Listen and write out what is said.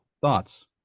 thoughts